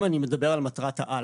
זה אם אני מדבר על מטרת העל,